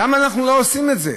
למה אנחנו לא עושים את זה?